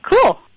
Cool